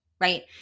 right